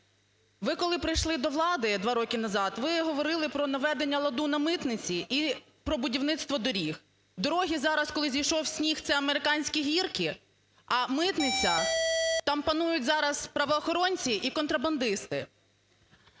Ви коли прийшли до влади 2 роки назад, ви говорили про наведення ладу на митниці і про будівництво доріг. Дороги зараз, коли зійшов сніг, це американські гірки, а митниця, там панують зараз правоохоронці і контрабандисти.